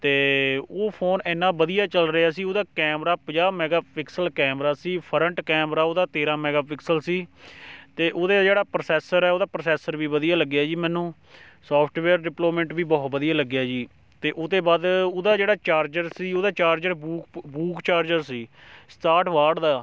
ਅਤੇ ਉਹ ਫੋਨ ਇੰਨਾ ਵਧੀਆ ਚੱਲ ਰਿਹਾ ਸੀ ਉਹਦਾ ਕੈਮਰਾ ਪੰਜਾਹ ਮੈਗਾ ਪਿਕਸਲ ਕੈਮਰਾ ਸੀ ਫਰੰਟ ਕੈਮਰਾ ਉਹਦਾ ਤੇਰ੍ਹਾਂ ਮੈਗਾ ਪਿਕਸਲ ਸੀ ਅਤੇ ਉਹਦੇ ਜਿਹੜਾ ਪ੍ਰੋਸੈਸਰ ਹੈ ਉਹਦਾ ਪ੍ਰੋਸੈਸਰ ਵੀ ਵਧੀਆ ਲੱਗਿਆ ਜੀ ਮੈਨੂੰ ਸੋਫਟਵੇਅਰ ਡਿਪਲੋਮੇਂਟ ਵੀ ਬਹੁਤ ਵਧੀਆ ਲੱਗਿਆ ਜੀ ਅਤੇ ਉਹ ਅਤੇ ਬਾਅਦ ਉਹਦਾ ਜਿਹੜਾ ਚਾਰਜਰ ਸੀ ਉਹਦਾ ਚਾਰਜਰ ਬੂਕ ਬੂਕ ਚਾਰਜਰ ਸੀ ਸਤਾਹਟ ਵਾਟ ਦਾ